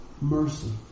mercy